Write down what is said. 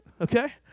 Okay